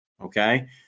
okay